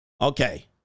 Okay